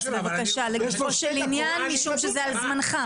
בבקשה לגופו של עניין, משום שזה על זמנך.